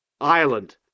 Ireland